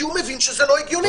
כי הוא מבין שזה לא הגיוני.